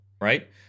right